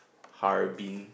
Harbin